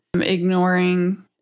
ignoring